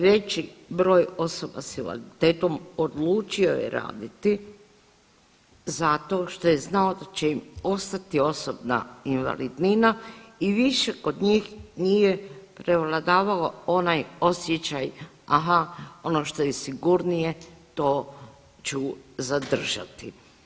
Veći broj osoba s invaliditetom odlučio je raditi zato što je znao da će im ostati osobna invalidnina i više kod njih nije prevladavao onaj osjećaj aha ono što je sigurnije to ću zadržati.